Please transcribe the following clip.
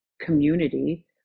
community